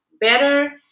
better